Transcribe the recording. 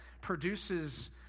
produces